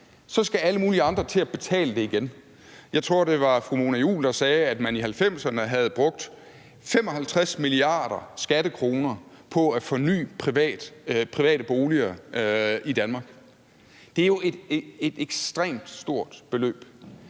der ejer boligerne, til at betale det igen. Jeg tror, det var fru Mona Juul, der sagde, at man i 1990'erne havde brugt 55 milliarder skattekroner på at forny private boliger i Danmark. Det er jo et ekstremt stort beløb,